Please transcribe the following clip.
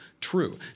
true